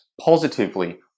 positively